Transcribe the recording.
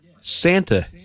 Santa